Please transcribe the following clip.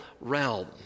realm